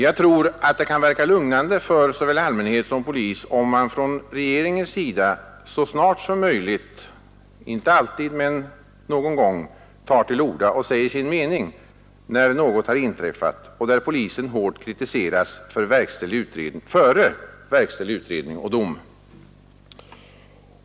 Jag tror att det kan verka lugnande för såväl allmänhet som polis om man från regeringens sida någon gång — det behöver inte ske alltid — så snart som möjligt tar till orda och säger sin mening när något har inträffat och polisen hårt kritiseras före verkställd utredning och dom.